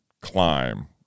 climb